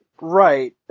Right